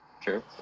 sure